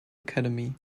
academy